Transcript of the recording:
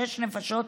שש נפשות,